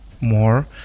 more